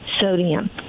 sodium